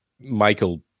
Michael